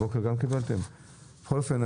בכל אופן,